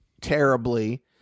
terribly